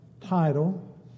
title